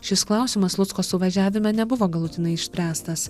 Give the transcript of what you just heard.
šis klausimas lucko suvažiavime nebuvo galutinai išspręstas